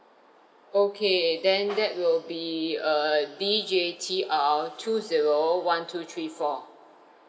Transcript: okay then that will be err D J T R two zero one two three four